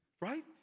right